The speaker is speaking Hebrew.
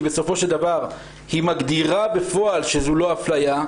כי בסופו של דבר היא מגדירה בפועל שזו לא אפליה.